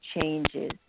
changes